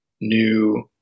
new